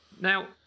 now